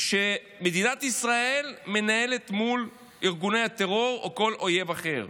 שמדינת ישראל מנהלת מול ארגוני הטרור או כל אויב אחר.